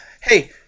Hey